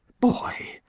boy,